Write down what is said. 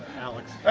alex.